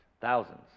Thousands